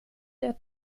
der